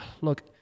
look